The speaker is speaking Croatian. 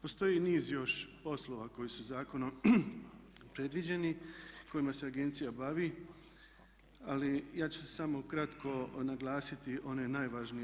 Postoji niz još poslova koji su zakonom predviđeni kojima se agencija bavi, ali ja ću samo kratko naglasiti one najvažnije.